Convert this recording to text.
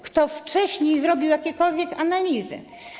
Kto wcześniej zrobił jakiekolwiek analizy?